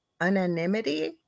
anonymity